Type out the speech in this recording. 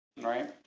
right